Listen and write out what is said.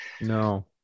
no